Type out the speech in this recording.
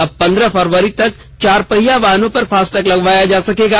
अब पंद्रह फरवरी तक चार पहिया वहनों पर फास्टैग लगवाया जा सकेगा